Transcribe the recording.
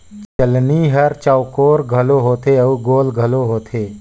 चलनी हर चउकोर घलो होथे अउ गोल घलो होथे